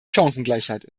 chancengleichheit